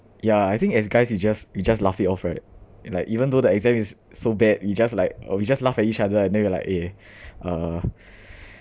ya I think there's guys who just who just laugh it off right like even though the exam is so bad we just like oh we just laugh at each other and then we're like eh uh